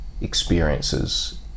experiences